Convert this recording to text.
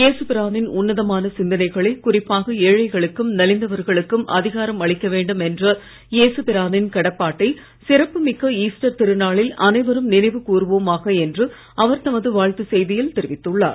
ஏசு பிரானின் உன்னதமான சிந்தனைகளை குறிப்பாக ஏழைகளுக்கும் நலிந்தவர்களுக்கும் அதிகாரம் அளிக்க வேண்டும் என்ற ஏசு பிரானின் கடப்பாட்டை சிறப்புமிக்க ஈஸ்டர் திருநாளில் அனைவரும் நினைவு கூர்வோமாக என்று அவர் தமது வாழ்த்து செய்தியில் தெரிவித்துள்ளார்